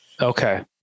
Okay